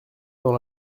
dans